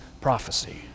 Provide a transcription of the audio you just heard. prophecy